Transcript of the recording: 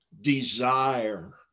desire